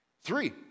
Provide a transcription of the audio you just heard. three